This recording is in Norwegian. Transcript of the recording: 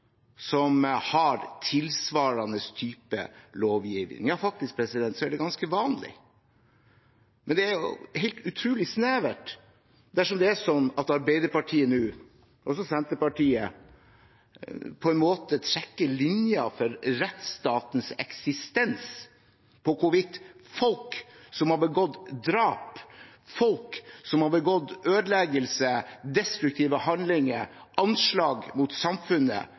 som har en tilsvarende type lovgivning. Ja, det er faktisk ganske vanlig. Men det er helt utrolig snevert dersom det er sånn at Arbeiderpartiet nå – og også Senterpartiet – på en måte trekker linjen for rettsstatens eksistens ut fra hvorvidt folk som har begått drap, ødeleggelser, destruktive handlinger, anslag mot samfunnet